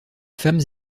femmes